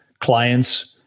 clients